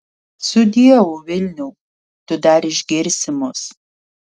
sudieu vilniau tu dar išgirsi mus